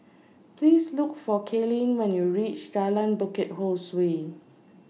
Please Look For Kalene when YOU REACH Jalan Bukit Ho Swee